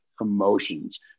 emotions